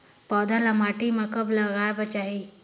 पौधा ल माटी म कब लगाए बर चाही?